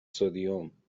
سدیم